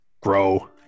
Grow